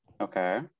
Okay